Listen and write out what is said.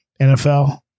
NFL